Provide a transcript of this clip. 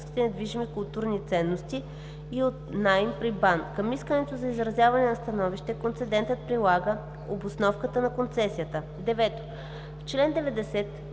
Към искането за изразяване на становище концедентът прилага обосновката на концесията.“